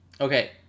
okay